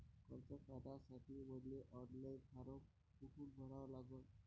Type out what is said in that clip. कर्ज काढासाठी मले ऑनलाईन फारम कोठून भरावा लागन?